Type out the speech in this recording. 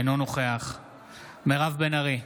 אינו נוכח מירב בן ארי,